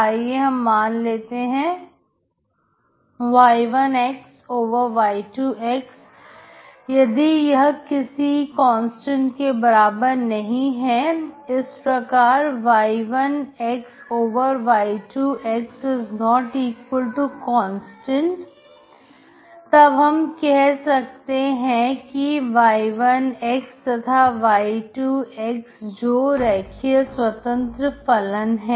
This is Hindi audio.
आइए हम मान लेते हैं कि y1y2 यदि यह किसी कांस्टेंट के बराबर नहीं है इस प्रकार y1y2 ≠constant तब हम कह सकते हैं कि y1 तथा y2 जो रेखीय स्वतंत्र फलन है